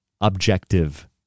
objective